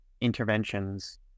interventions